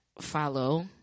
follow